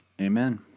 Amen